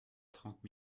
trente